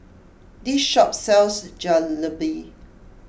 this shop sells Jalebi